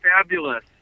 fabulous